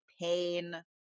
pain